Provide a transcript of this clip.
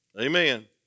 Amen